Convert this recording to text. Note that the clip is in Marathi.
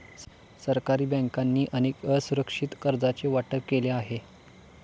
सरकारी बँकांनी अनेक असुरक्षित कर्जांचे वाटप केले आहे